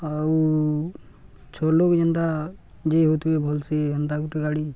ଆଉ ଛଅ ଲୋକ ଯେନ୍ତା ଯେ ହଉଥିବେ ଭଲ ସେ ହେନ୍ତା ଗୁଟେ ଗାଡ଼ି